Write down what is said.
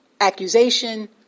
accusation